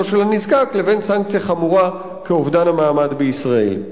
של הנזקק לבין סנקציה חמורה כאובדן המעמד בישראל".